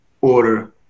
order